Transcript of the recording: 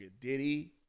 Diddy